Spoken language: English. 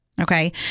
okay